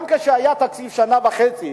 וגם כשהיה תקציב שנה וחצי,